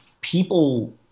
People